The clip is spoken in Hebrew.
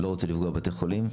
לא רוצה לפגוע בבתי חולים,